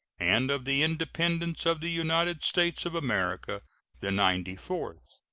and of the independence of the united states of america the ninety-third.